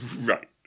Right